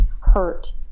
hurt